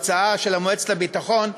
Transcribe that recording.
ההצעה של מועצת הביטחון,